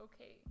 okay